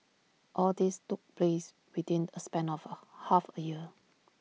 all this took place within A span of half A year